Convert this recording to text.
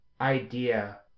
idea